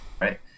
right